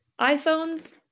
iPhones